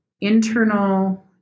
internal